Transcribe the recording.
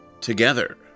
together